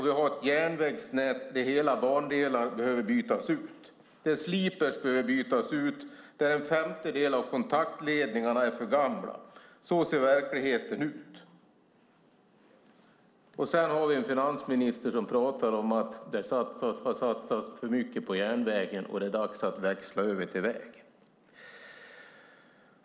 Vi har ett järnvägsnät där hela bandelar behöver bytas ut, där sliprar behöver bytas ut och där en femtedel av kontaktledningarna är för gamla. Så ser verkligheten ut. Sedan har vi en finansminister som pratar om att det har satsats för mycket på järnvägen och att det är dags att växla över till väg.